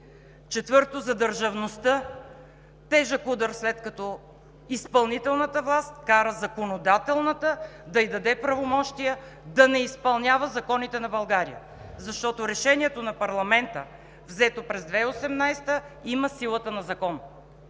За държавността – тежък удар, след като изпълнителната власт кара законодателната да й даде правомощия да не изпълнява законите на България, защото решението на парламента, взето през 2018 г., има силата на закон.